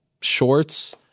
shorts